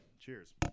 Cheers